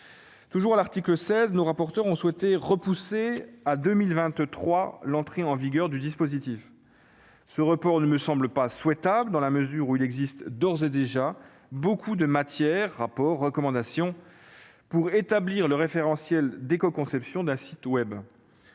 Toujours à l'article 16, nos rapporteurs ont souhaité reporter à 2023 l'entrée en vigueur du dispositif. Ce report ne me semble pas souhaitable dans la mesure où il existe d'ores et déjà beaucoup de matière- rapports, recommandations, etc. -pour établir le référentiel d'écoconception d'un site web.